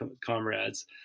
comrades